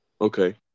Okay